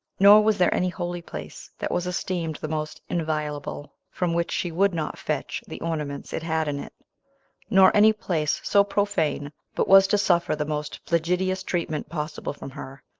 nor was there any holy place that was esteemed the most inviolable, from which she would not fetch the ornaments it had in it nor any place so profane, but was to suffer the most flagitious treatment possible from her,